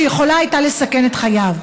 שיכולה הייתה לסכן את חייו.